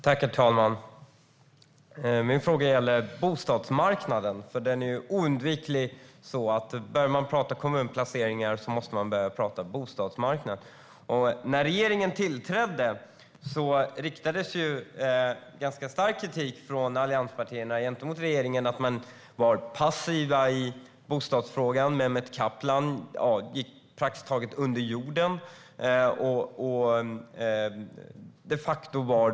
Herr talman! Min fråga gäller bostadsmarknaden. Det är ju oundvikligen så att börjar man prata kommunplaceringar måste man också börja prata bostadsmarknad. När regeringen tillträdde riktade allianspartierna ganska stark kritik mot regeringen för passivitet i bostadsfrågan. Mehmet Kaplan gick praktiskt taget under jorden.